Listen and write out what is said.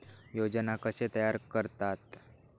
योजना कशे तयार करतात?